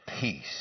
peace